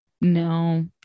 no